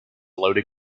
loaded